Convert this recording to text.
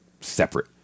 separate